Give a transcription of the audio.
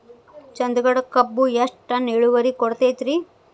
ಚಂದಗಡ ಕಬ್ಬು ಎಷ್ಟ ಟನ್ ಇಳುವರಿ ಕೊಡತೇತ್ರಿ?